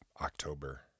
October